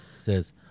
says